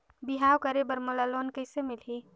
बिहाव करे बर मोला लोन कइसे मिलही?